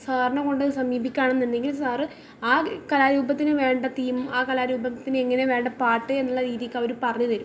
സാറിനെ ക്കൊണ്ടോയ് സമീപിക്കുക ആണെന്നുണ്ടെങ്കിൽ സാറ് ആ കലാരൂപത്തിന് വേണ്ട തീം ആ കലാരൂപത്തിന് അങ്ങനെ വേണ്ട പാട്ട് എന്നുള്ള രീതിക്ക് അവർ പറഞ്ഞു തരും